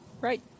Right